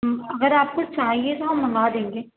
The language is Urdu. اگر آپ کو چاہیے تو ہم منگا دیں گے